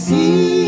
See